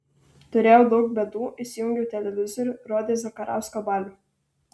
turėjau daug bėdų įsijungiau televizorių rodė zakarausko balių